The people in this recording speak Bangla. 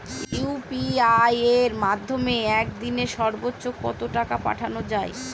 ইউ.পি.আই এর মাধ্যমে এক দিনে সর্বচ্চ কত টাকা পাঠানো যায়?